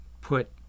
put